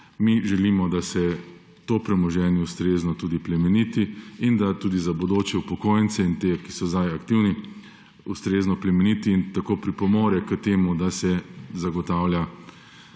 Mi želimo, da se to premoženje ustrezno tudi plemeniti in da tudi za prihodnje upokojence in te, ki so sedaj aktivni, ustrezno plemeniti ter tako pripomore k temu, da se zagotavlja